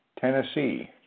Tennessee